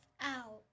out